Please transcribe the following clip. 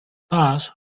paars